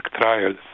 Trials